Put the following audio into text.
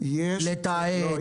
לתעד,